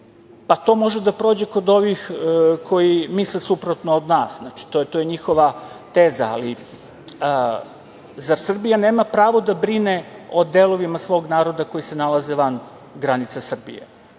pa to može da prođe kod ovih koji misle suprotno od nas. To je njihova teza, ali zar Srbija nema pravo da brine o delovima svog naroda koji se nalaze van granica Srbije.